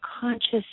conscious